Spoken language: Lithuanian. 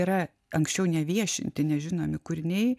yra anksčiau neviešinti nežinomi kūriniai